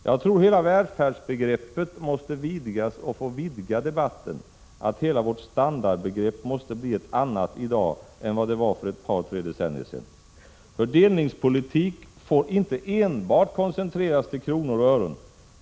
Jag tror att hela välfärdsbegreppet måste vidgas och få vidga debatten, att hela vårt standardbegrepp måste bli ett annat i dag än vad det var för ett par tre decennier sedan. Fördelningspolitik får inte enbart koncentreras till kronor och ören.